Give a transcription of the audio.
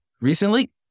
recently